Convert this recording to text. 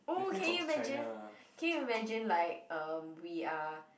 oh can you imagine can you imagine like um we are